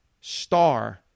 star